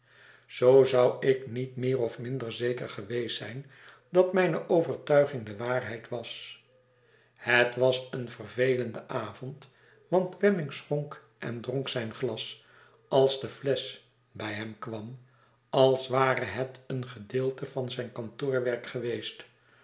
zoo zou ik niet meer of minder zeker geweest zijn dat mijne overtuiging de waarheid was het was een vervelende avond want wemmick schonk en dronk zijn glas als de flesch bij hem kwam als ware het een gedeelte van zijn kantoorwerk geweest